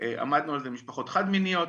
עמדנו על זה, משפחת חד מיניות.